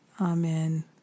Amen